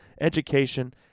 education